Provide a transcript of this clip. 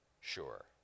sure